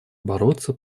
бороться